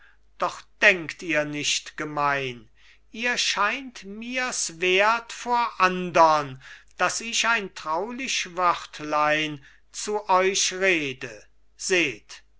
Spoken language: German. doch denkt ihr nicht gemein ihr scheint mirs wert vor andern daß ich ein traulich wörtlein zu euch rede seht